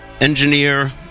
engineer